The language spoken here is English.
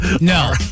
no